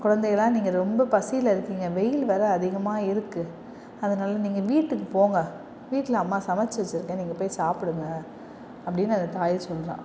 குழந்தைகளா நீங்கள் ரொம்ப பசியில இருக்கிங்க வெயில் வேறு அதிகமாக இருக்கு அதனால் நீங்கள் வீட்டுக்கு போங்க வீட்டில் அம்மா சமைச்சி வச்சிருக்கேன் நீங்கள் போய் சாப்பிடுங்க அப்படினு அந்த தாய் சொல்கிறா